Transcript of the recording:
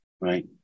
right